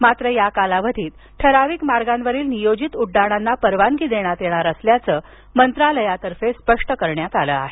मात्र या कालावधीत ठराविक मार्गावरील नियोजित उड्डाणांना परवानगी देण्यात येणार असल्याचं मंत्रालयातर्फे स्पष्ट करण्यात आलं आहे